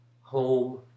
home